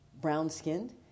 brown-skinned